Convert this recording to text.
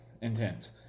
intense